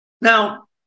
Now